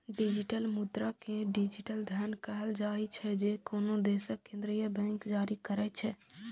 digital मुद्रा कें digital धन कहल जाइ छै, जे कोनो देशक केंद्रीय बैंक जारी करै छै